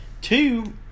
two